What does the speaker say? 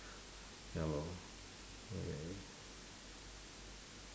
ya lor